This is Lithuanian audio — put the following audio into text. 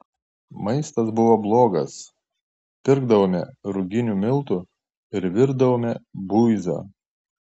maistas buvo blogas pirkdavome ruginių miltų ir virdavome buizą